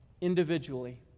individually